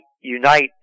unite